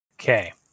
Okay